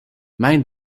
mijn